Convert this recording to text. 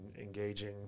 engaging